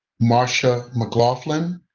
marsha mclaughlin,